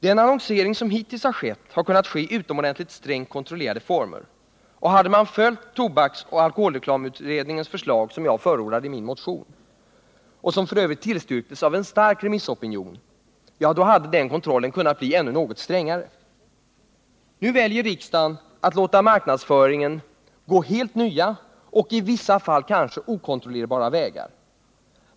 Den annonsering som hittills har skett har kunnat ske i utomordentligt strängt kontrollerade former, och hade man följt tobaksoch alkoholreklamutredningens förslag, som jag förordat i min motion och som f. ö. tillstyrktes av en stark remissopinion, hade denna kontroll kunnat bli ännu strängare. Nu väljer riksdagen att låta marknadsföringen gå nya och i vissa fall kanske okontrollerbara vägar.